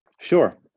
Sure